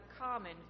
common